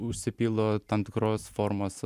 užsipildo tam tikros formos